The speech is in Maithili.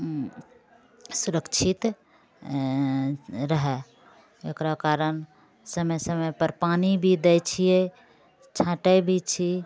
सुरक्षित रहै एकरो कारण समय समयपर पानि भी दै छियै छाँटै भी छी